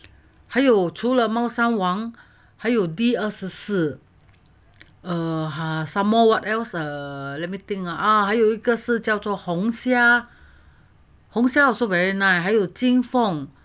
还有除了猫山王还有 D twnety four err ha some more what else err let me think err 啊还有一个是叫做红霞红霞 also very nice 还有金凤